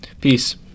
Peace